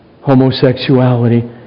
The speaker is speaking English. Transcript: homosexuality